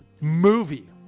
movie